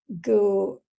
go